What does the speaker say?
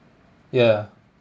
yeah